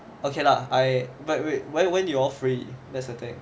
okay lah I but wait wait when you all free